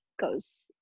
goes